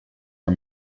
are